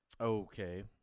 Okay